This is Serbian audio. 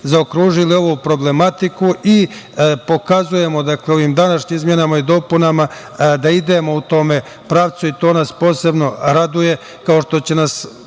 zaokružili ovu problematiku. Pokazujemo ovim današnjim izmenama i dopunama da idemo u tom pravcu i to nas posebno raduje, kao što će nas